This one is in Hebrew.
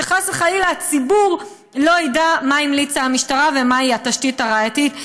שחס וחלילה הציבור לא ידע מה המליצה המשטרה ומהי התשתית הראייתית.